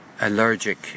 allergic